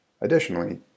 Additionally